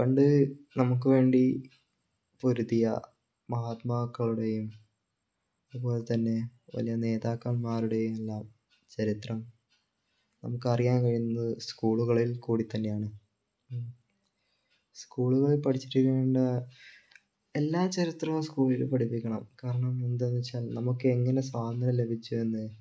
പണ്ട് നമുക്ക് വേണ്ടി പൊരുതിയ മഹാത്മാക്കളുടെയും അതുപോലെ തന്നെ വലിയ നേതാക്കന്മാരുടെയെല്ലാം ചരിത്രം നമുക്കറിയാൻ കഴിയുന്നത് സ്കൂളുകളിൽ കൂടി തന്നെയാണ് സ്കൂളുകളിൽ പഠിച്ചിരിക്കേണ്ട എല്ലാ ചരിത്രവും സ്കൂളിൽ പഠിപ്പിക്കണം കാരണം എന്തെന്ന് വെച്ചാൽ നമുക്ക് എങ്ങനെ സ്വാതന്ത്ര്യം ലഭിച്ചുവെന്ന്